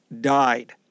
died